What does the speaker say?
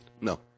No